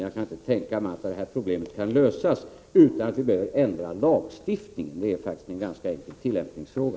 Jag kan inte tänka mig annat än att detta problem kan lösas utan att vi behöver ändra lagstiftningen. Det rör sig faktiskt om en ganska enkel tillämpningsfråga.